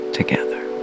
together